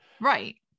Right